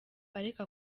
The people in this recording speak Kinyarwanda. ariko